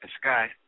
sky